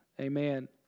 Amen